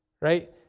right